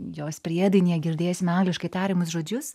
jos priedainyje girdėsime angliškai tariamus žodžius